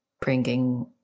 bringing